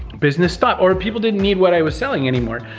business stopped. or people didn't need what i was selling anymore.